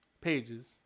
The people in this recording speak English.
pages